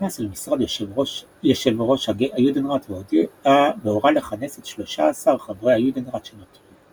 נכנס אל משרד יושב ראש היודנראט והורה לכנס את 13 חברי היודנראט שנותרו.